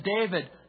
David